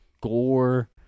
Gore